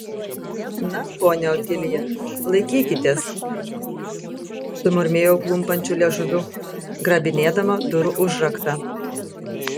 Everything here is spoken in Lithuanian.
na ponia otilija laikykitės sumurmėjau klumpančiu liežuviu grabinėdama durų užraktą